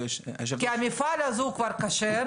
אם המפעל הזה הוא כבר כשר,